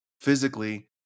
physically